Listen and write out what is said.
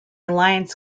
alliance